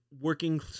working